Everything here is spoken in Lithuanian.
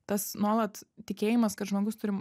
tas nuolat tikėjimas kad žmogus turi